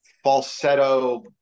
falsetto